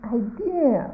idea